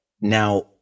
Now